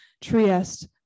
Trieste